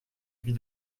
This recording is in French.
vis